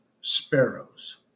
sparrows